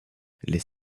les